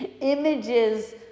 Images